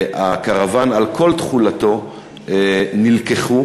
הקרוון על כל תכולתו נלקחו.